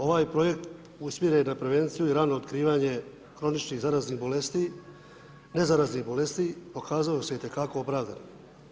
Ovaj projekt usmjeren je na prevenciju i rano otkrivanje kroničnih zaraznih bolesti, nezaraznih bolesti, pokazalo se itekako opravdanim.